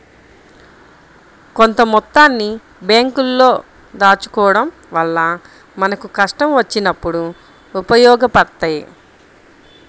కొంత మొత్తాన్ని బ్యేంకుల్లో దాచుకోడం వల్ల మనకు కష్టం వచ్చినప్పుడు ఉపయోగపడతయ్యి